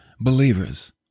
believers